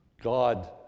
God